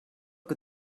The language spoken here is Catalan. que